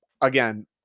again